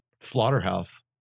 Slaughterhouse